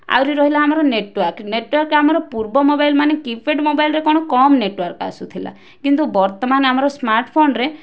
ଆହୁରି ରହିଲା ଆମର ନେଟୱାର୍କ୍ ନେଟୱାର୍କ୍ ଆମର ପୂର୍ବ ମୋବାଇଲ୍ ମାନେ କିପ୍ୟାଡ଼ ମୋବାଇଲ୍ ରେ କ'ଣ କମ୍ ନେଟୱାର୍କ୍ ଆସୁଥିଲା କିନ୍ତୁ ବର୍ତ୍ତମାନ ଆମର ସ୍ମାର୍ଟଫୋନ୍ ରେ